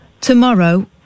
tomorrow